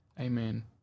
Amen